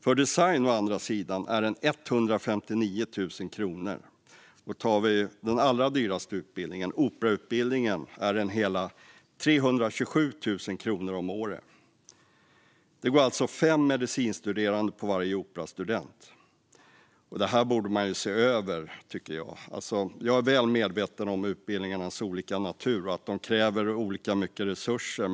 För design, å andra sidan, är den 159 000 kronor, och för den allra dyraste utbildningen, operautbildningen, är den hela 327 000 kronor om året. Det går alltså fem medicine studerande på varje operastudent. Detta borde man se över, tycker jag. Jag är väl medveten om utbildningarnas olika natur och att de kräver olika mycket resurser.